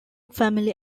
family